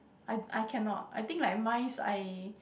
I I cannot I think like mice I